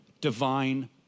divine